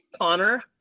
Connor